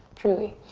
truly.